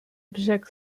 brzeg